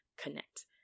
connect